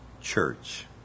church